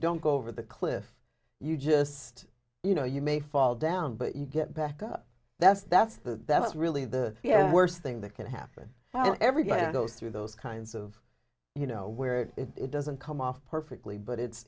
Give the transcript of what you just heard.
don't go over the cliff you just you know you may fall down but you get back up that's that's the that's really the worst thing that can happen and everybody goes through those kinds of you know where it doesn't come off perfectly but it's